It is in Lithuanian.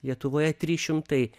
lietuvoje trys šimtai